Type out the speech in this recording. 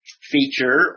feature